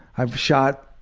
i've shot,